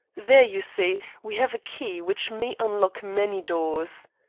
there, you see, we have a key which may unlock many doors.